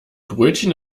brötchen